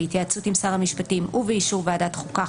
בהתייעצות עם שר המשפטים ובאישור ועדת חוקה,